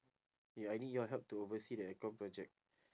ya I need your help to oversee the aircon project